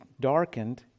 darkened